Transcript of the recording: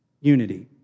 Unity